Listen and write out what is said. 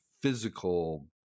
physical